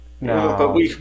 No